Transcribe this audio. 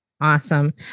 Awesome